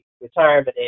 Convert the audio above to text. retirement